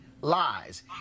lies